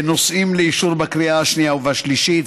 נושאים לאישור בקריאה השנייה ובשלישית.